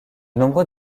nombreux